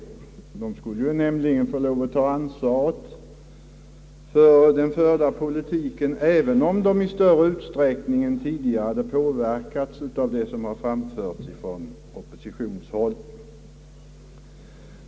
Socialdemokraterna skulle nämligen få ta ansvaret för den förda politiken, även om den i större utsträckning än tidigare hade påverkats av vad som framförts från oppositionshåll.